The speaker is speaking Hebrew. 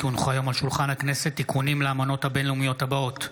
כי הונחו היום על שולחן הכנסת תיקונים לאמנות הבין-לאומיות הבאות: